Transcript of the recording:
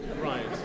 Right